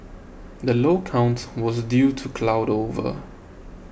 the low count was due to cloud over